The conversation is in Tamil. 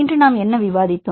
இன்று நாம் என்ன விவாதித்தோம்